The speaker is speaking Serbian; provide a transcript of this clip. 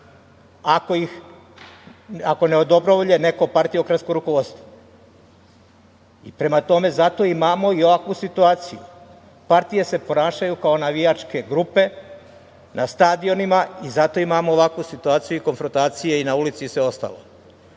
ako ne odobrovolje neko partijsko rukovodstvo. Prema tome, zato i imamo ovakvu situaciju, partije se ponašaju kao navijačke grupe na stadionima, i zato imamo ovakvu situaciju i konfrontacije na ulici i sve ostalo.